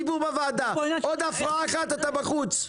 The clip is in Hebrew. עוד הפרעה אחת אתה בחוץ.